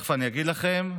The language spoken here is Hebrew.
תכף אני אגיד לכם,